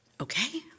Okay